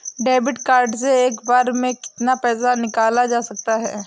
Debit card से एक बार में कितना पैसा निकाला जा सकता है?